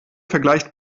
vergleicht